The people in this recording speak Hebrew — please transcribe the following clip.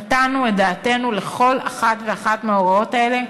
נתנו את דעתנו לכל אחת מהוראות אלה,